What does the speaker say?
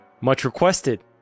much-requested